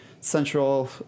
central